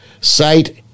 site